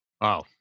Wow